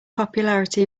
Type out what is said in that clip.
popularity